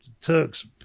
Turks